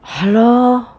ha lor